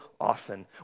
often